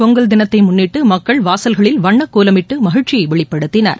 பொங்கல் தினத்தை முன்னிட்டு மக்கள் வாசல்களில் வண்ணக்கோலமிட்டு மகிழ்ச்சியை வெளிப்படுத்தினர்